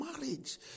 marriage